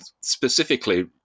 specifically